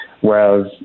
whereas